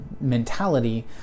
mentality